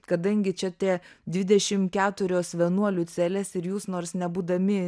kadangi čia tie dvidešim keturios vienuolių celės ir jūs nors nebūdami